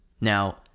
Now